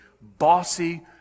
bossy